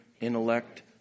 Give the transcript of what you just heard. intellect